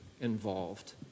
involved